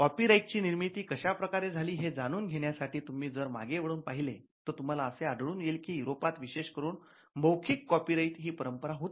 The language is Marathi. कॉपीराइट ची निर्मिती कशा प्रकारे झाली हे जाणून घेण्यासाठी तुम्ही जर मागे वळून पाहिलं तर तुम्हाला असे आढळून येईल की युरोपात विशेष करून मौखिक कॉपीराईट ही परंपरा होती